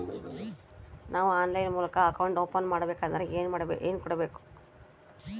ನಾವು ಆನ್ಲೈನ್ ಮೂಲಕ account open ಮಾಡಬೇಂಕದ್ರ ಏನು ಕೊಡಬೇಕು?